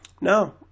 No